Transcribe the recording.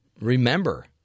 remember